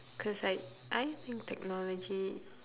cause like I think technology